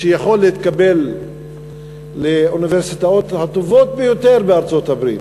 שיכול להתקבל לאוניברסיטאות הטובות ביותר בארצות-הברית,